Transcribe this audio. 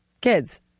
kids